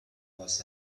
was